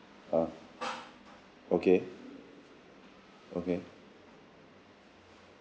ah okay okay